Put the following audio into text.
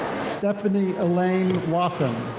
stephanie elaine wathen.